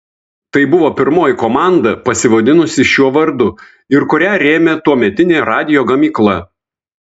tai buvo pirmoji komanda pasivadinusi šiuo vardu ir kurią rėmė tuometinė radijo gamykla